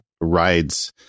rides